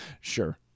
sure